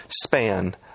span